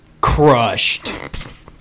Crushed